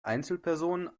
einzelpersonen